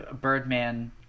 Birdman